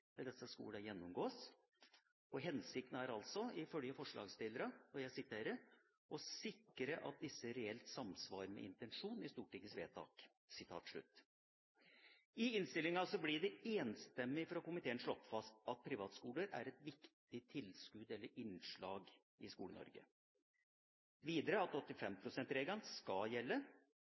disse skolene gjennomgås. Hensikten er altså, ifølge forslagsstillerne: «… å sikre at disse reelt samsvarer med intensjonen i Stortingets vedtak.» I innstillingen blir det fra komiteen enstemmig slått fast at privatskoler er et viktig tilskudd eller innslag i Skole-Norge, og videre at 85 pst.-regelen skal gjelde.